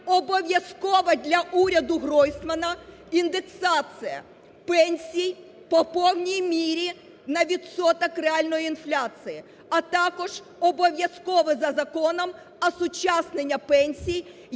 обов'язкова, для уряду Гройсмана, індексація пенсій по повній мірі, на відсоток реальної інфляції, а також обов'язкова, за законом, осучаснення пенсій,